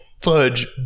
fudge